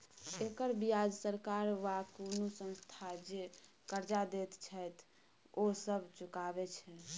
एकर बियाज सरकार वा कुनु संस्था जे कर्जा देत छैथ ओ सब चुकाबे छै